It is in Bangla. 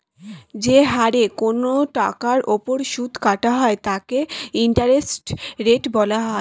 যে হারে কোন টাকার উপর সুদ কাটা হয় তাকে ইন্টারেস্ট রেট বলা হয়